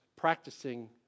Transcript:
Practicing